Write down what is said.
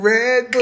Red